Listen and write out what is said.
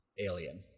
alien